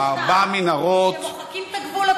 כשהם מוחקים את הגבול,